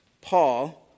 Paul